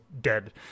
dead